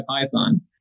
Python